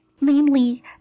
namely